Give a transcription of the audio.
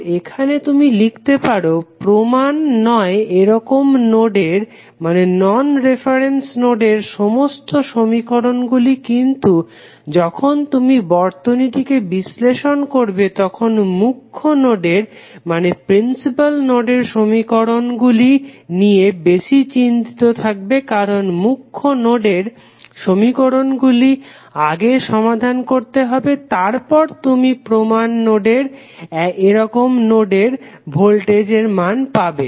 তো এখানে তুমি লিখতে পারো প্রমান নয় এরকম নোডের সমস্ত সমীকরণগুলি কিন্তু যখন তুমি বর্তনীটিকে বিশ্লেষণ করবে তখন মুখ্য নোডের সমীকরণ গুলি নিয়ে বেশি চিন্তিত থাকবে কারণ মুখ্য নোডের সমীকরণ গুলি আগে সমাধান করতে হবে তারপর তুমি প্রমান নয় এরকম নোডের ভোল্টেজের মান পাবে